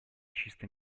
чисто